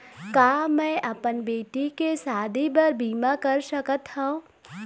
का मैं अपन बेटी के शादी बर बीमा कर सकत हव?